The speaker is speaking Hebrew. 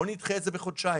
אפשר לדחות זאת בחודשיים.